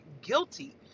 guilty